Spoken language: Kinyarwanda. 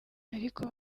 ariko